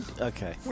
okay